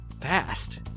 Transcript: fast